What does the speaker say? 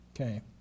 Okay